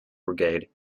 brigade